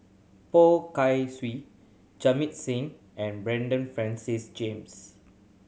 Poh Kai Swee Jamit Singh and Bernard Francis James